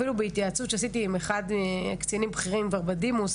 אפילו בהתייעצות שעשיתי עם אחד הקצינים בכירים כבר בדימוס,